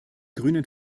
grünen